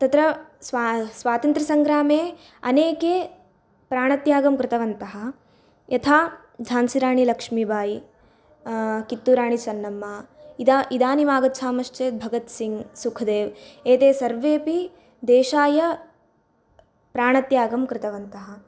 तत्र स्वा स्वातन्त्र्यसंग्रामे अनेके प्राणत्यागं कृतवन्तः यथा झन्सिराणि लक्ष्मीबायी कित्तूर् राणि चेन्नम्मा इदानि इदानीं आगच्छामश्चेत् भगत्सिग् सुखदेव् एते सर्वेपि देशाय प्राणत्यागं कृतवन्तः